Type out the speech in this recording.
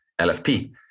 LFP